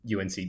UNC